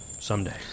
Someday